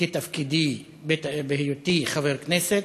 בתפקידי, בהיותי חבר כנסת,